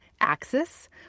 axis